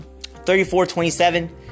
34-27